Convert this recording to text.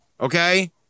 Okay